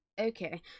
Okay